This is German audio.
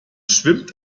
schwimmt